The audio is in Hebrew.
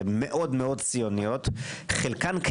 מאוד ציוניות.